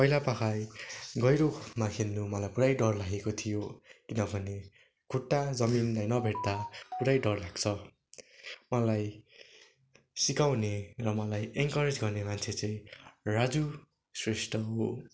पहिलो पाखा गहिरोमा खेल्नु मलाई पुरा डर लागेको थियो किनभने खुट्टा जमिनले नभेट्दा पुरा डर लाग्छ मलाई सिकाउने र मलाई इन्करेज गर्ने मान्छे चाहिँ राजु श्रेष्ठ हो